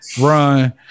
run